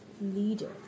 leader